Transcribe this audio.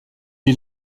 est